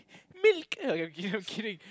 milk okay I'm kidding I'm kidding